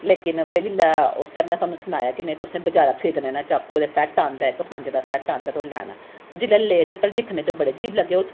लेकिन फिर जिल्लै ओह् सर ने सानूं सनाया कि नेईं तुसें बजारा खरीदने न चाकुएं दा सैट्ट औंदा ऐ इक पंज दा सैट्ट औंदा ते ओह् लैना ऐ ओह् जिल्लै ले ते पैह्लें दिक्खने गी ते बड़ा अजीब लग्गे ओह्